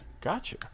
Gotcha